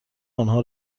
آنها